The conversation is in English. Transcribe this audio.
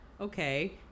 okay